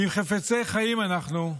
אם חפצי חיים אנחנו,